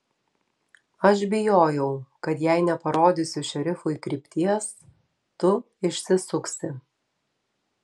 aš bijojau kad jei neparodysiu šerifui krypties tu išsisuksi